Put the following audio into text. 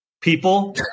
People